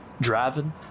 driving